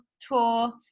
tour